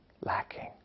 lacking